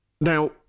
Now